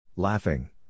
Laughing